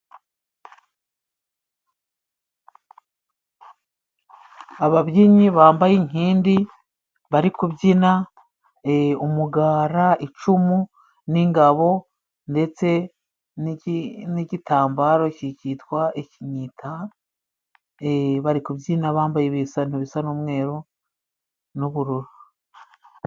Ababyinnyi bambaye inkindi bari kubyina e umugara, icumu ,n'ingabo ndetse n'igitambaro kikitwa ikinyita bari kubyina bambaye ibisa ntibisa n'umweru n'ubururu.